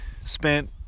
spent